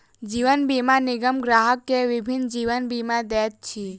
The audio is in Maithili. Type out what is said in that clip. जीवन बीमा निगम ग्राहक के विभिन्न जीवन बीमा दैत अछि